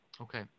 Okay